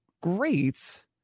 great